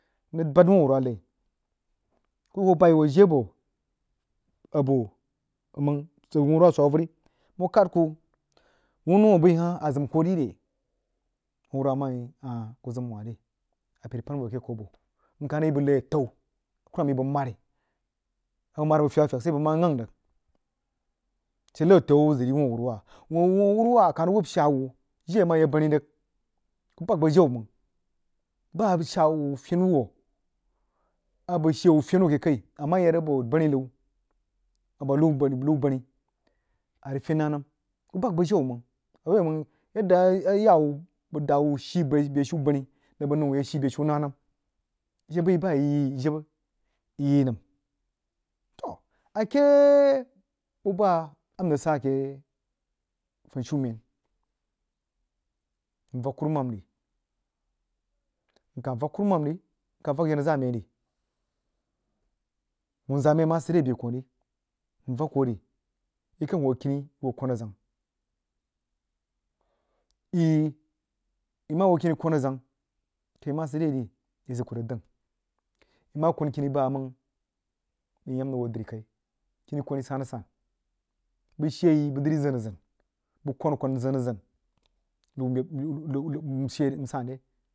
Mrig bahd wuh a whruwah lai kih hoo bai ho jeh bo abo meng ʒag wuh awuru wah swak averi mah kad kuh whuno ah bəi hah a zəm kuh ri re wuh a wuruwah mdi yi ahh kuh ʒam wah ri a pəi rig polu voh ke kobro mkah rig yi bəg ki’atau a kurumam yi bəg mari abəg moh’d abəg fyag fyag sai bəg mah ghang rig she ki’atau a zəg rig yi whh a wuruwah wuh a wuruwah akal rig wuhb shaa wuh jiri amah yah bani rig kuh baj bəg jaw mong ba a shaa uhh fyen wah a bəg shee wuh fyen wuh a ke kəi a mah yah rig bo bani liu abo liu bani liu bani a rig fyen ngnəm uh bahg bəg jaw mang a rig uoi mang yadda a yanu bəg dawa shii beshi bani nang bəg nəu wuh ye shii beshi nanəm ashe bəi yi bah a yi jibə yi yi nəm to a-keh bubah a mrig sah ke funishumen nvak kurumam ri nkah vak kurumam ri nvak kurumam ri nkah vak kurumam ri nkah vak jebah zag mai ru whunzaa maí a mah sid re a beh kwoh ri mvak kuh ri yi kang ho kəng yo hoo kwanah zang yi yi mah hoo kini kwanah azang kəi mah sid re ri yizəg kuh dəng yi mah kwan kini bamang yi yaam rig hoo dri kai kini kwani san-san bəg shee yi bəg ləri zən-aən bəg kwanah-kwan nzən-azən liu meb